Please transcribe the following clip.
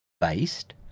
Based